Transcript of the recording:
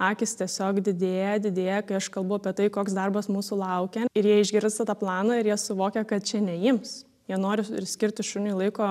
akys tiesiog didėja didėja kai aš kalbu apie tai koks darbas mūsų laukia ir jie išgirsta tą planą ir jie suvokia kad čia ne jiems jie nori ir skirti šuniui laiko